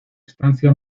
estancia